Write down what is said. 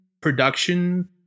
production